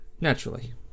Naturally